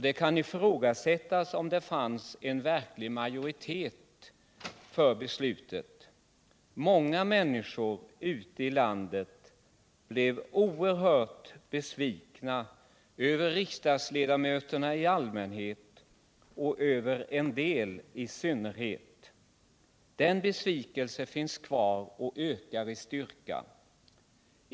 Det kan ifrågasättas om det fanns en verklig majoritet för beslutet. Många människor ute i landet blev oerhört besvikna över riksdagsledamöterna i allmänhet och över en del i synnerhet. Den besvikelsen finns kvar och ökar i styrka.